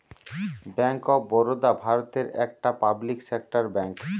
bank of Baroda ভারতের একটা public sector bank